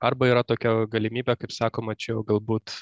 arba yra tokia galimybė kaip sakoma čia jau galbūt